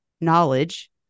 knowledge